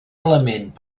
element